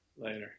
Later